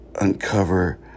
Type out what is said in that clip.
uncover